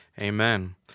Amen